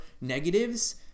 negatives